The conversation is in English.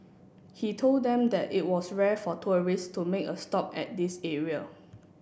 he told them that it was rare for tourists to make a stop at this area